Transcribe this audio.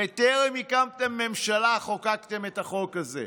בטרם הקמתם ממשלה חוקקתם את החוק הזה.